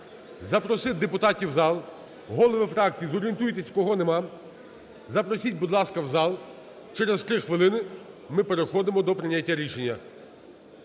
запросити депутатів в зал. Голови фракцій, зорієнтуйтеся кого нема, запросіть, будь ласка, в зал, через три хвилини ми переходимо до прийняття рішення.